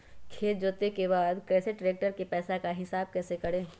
खेत जोते के बाद कैसे ट्रैक्टर के पैसा का हिसाब कैसे करें?